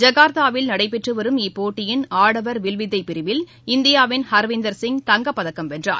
ஜகா்த்தாவில் நடைபெற்றுவரும் இப்போட்டியின் ஆடவர் வில்வித்தை பிரிவில் இந்தியாவின் ஹர்விந்தர் சிங் தங்கப் பதக்கம் வென்றார்